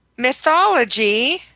Mythology